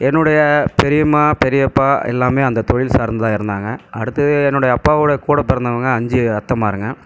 என்னுடைய பெரியம்மா பெரியப்பா எல்லாமே அந்த தொழில் சார்ந்து தான் இருந்தாங்க அடுத்தது என்னுடைய அப்பாவோடு கூட பிறந்தவுங்க அஞ்சு அத்தைமாருங்க